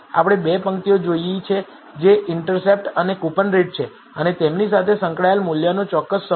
આપણે 2 પંક્તિઓ જોઈ છે જે ઇન્ટરસેપ્ટ અને કૂપનરેટ છે અને તેમની સાથે સંકળાયેલ મૂલ્યોનો ચોક્કસ સમૂહ છે